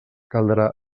caldrà